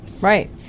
Right